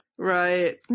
Right